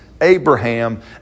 Abraham